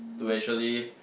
to actually